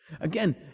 Again